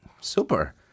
Super